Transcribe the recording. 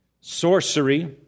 sorcery